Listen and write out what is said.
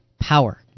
power